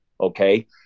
okay